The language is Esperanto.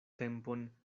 tempon